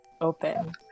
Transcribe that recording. open